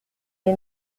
est